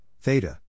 theta